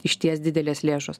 išties didelės lėšos